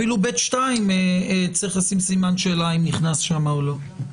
אפילו ב2 צריך לשים סימן שאלה אם נכנס שם או לא.